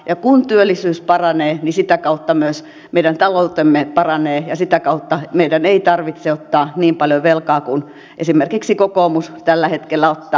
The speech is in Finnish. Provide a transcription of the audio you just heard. ja kun työllisyys paranee niin sitä kautta myös meidän taloutemme paranee ja sitä kautta meidän ei tarvitse ottaa niin paljon velkaa kuin esimerkiksi kokoomus tällä hetkellä ottaa